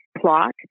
plot